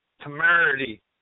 temerity